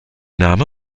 name